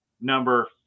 number